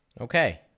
Okay